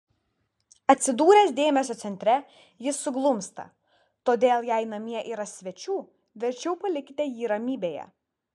atsidūręs dėmesio centre jis suglumsta todėl jei namie yra svečių verčiau palikite jį ramybėje